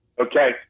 Okay